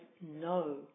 no